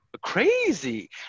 crazy